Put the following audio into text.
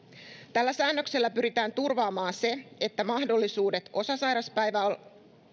tällä säännöksellä pyritään turvaamaan se että mahdollisuudet osasairaspäivärahalla